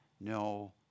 no